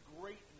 greatness